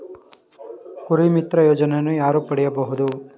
ಕುರಿಮಿತ್ರ ಯೋಜನೆಯನ್ನು ಯಾರು ಪಡೆಯಬಹುದು?